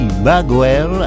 Bagwell